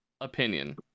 opinion